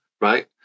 Right